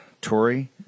Tory